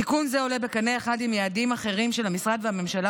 תיקון זה עולה בקנה אחד עם יעדים אחרים של המשרד והממשלה,